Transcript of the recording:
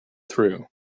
through